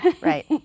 right